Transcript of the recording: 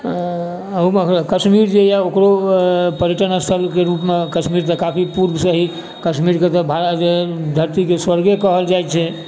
आओर ओहूँमे कश्मीर जे यऽ ओकरो पर्यटन स्थलके रूपमे कश्मीर तऽ काफी पूर्वसँ ही कश्मीरके भारत धरतीके स्वर्गे कहल जाइ छै